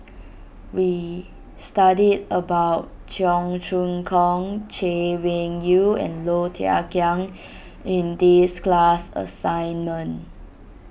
we studied about Cheong Choong Kong Chay Weng Yew and Low Thia Khiang in this class assignment